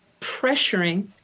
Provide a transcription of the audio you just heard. pressuring